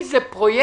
אם זה פרויקט